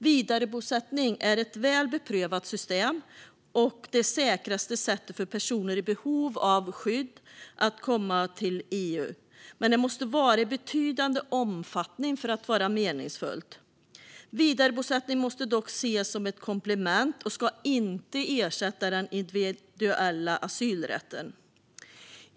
Vidarebosättning är ett väl beprövat system och det säkraste sättet för personer i behov av skydd att komma till EU, men det måste vara av betydande omfattning för att vara meningsfullt. Vidarebosättning måste dock ses som ett komplement och ska inte ersätta den individuella asylrätten.